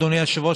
אדוני היושב-ראש,